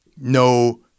no